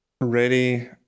ready